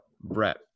Brett